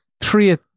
three